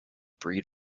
breed